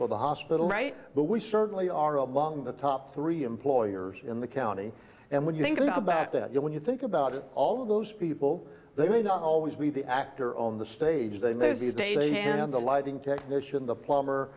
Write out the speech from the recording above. for the hospital but we certainly are among the top three employers in the county and when you think about that when you think about it all of those people they may not always be the actor on the stage they know these days the lighting technician the plumber